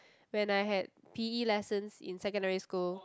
when I had p_e lessons in secondary school